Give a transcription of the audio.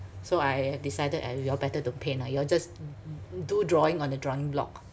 so I decided uh you all better don't paint ah you all just do drawing on the drawing block